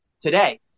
today